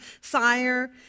sire